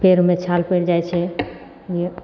पयरमे छाल पड़ि जाइ छै